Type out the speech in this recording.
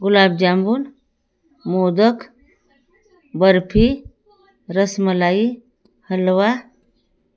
gulab jamun modak barfi rasmalai हलवा